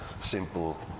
simple